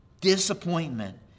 disappointment